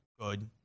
good